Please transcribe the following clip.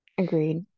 agreed